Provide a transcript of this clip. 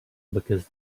because